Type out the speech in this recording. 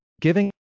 giving